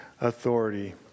authority